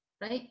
right